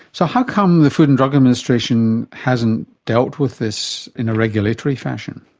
so how come the food and drug administration hasn't dealt with this in a regulatory fashion?